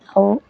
ହଉ